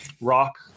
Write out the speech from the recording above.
rock